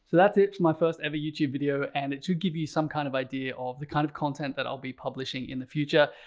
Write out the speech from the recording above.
that's it for my first ever youtube video and it should give you some kind of idea of the kind of content that i'll be publishing in the future.